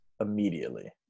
immediately